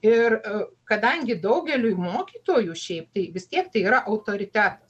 ir kadangi daugeliui mokytojų šiaip tai vis tiek tai yra autoritetas